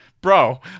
Bro